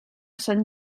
sant